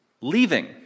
leaving